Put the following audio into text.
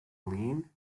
lean